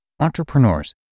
Entrepreneurs